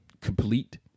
complete